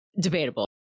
Debatable